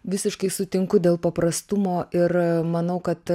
visiškai sutinku dėl paprastumo ir manau kad